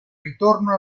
ritorno